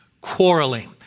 quarreling